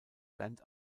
band